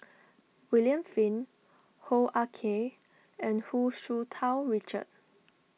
William Flint Hoo Ah Kay and Hu Tsu Tau Richard